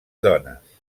dones